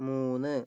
മൂന്ന്